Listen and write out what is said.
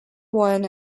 one